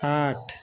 आठ